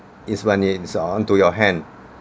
it's when it is onto your hand